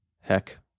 heck